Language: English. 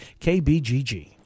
KBGG